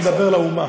אני אדבר לאומה.